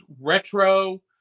retro